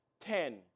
Ten